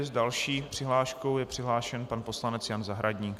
S další přihláškou je přihlášen pan poslanec Jan Zahradník.